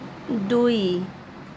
দুই